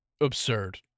absurd